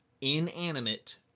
inanimate